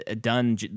done